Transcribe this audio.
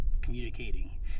communicating